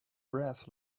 brass